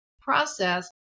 process